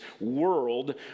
world